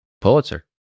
Pulitzer